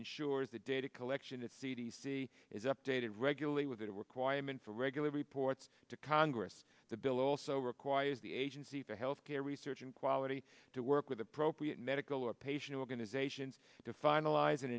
ensures that data collection at c d c is updated regularly with it a requirement for regular reports to congress the bill also requires the agency for health care research and quality to work with appropriate medical or patient organizations to finalize an